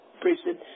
Priesthood